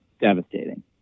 devastating